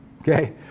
Okay